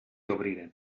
obriren